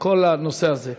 את כל הנושא הזה.